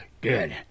good